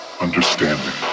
understanding